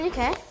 Okay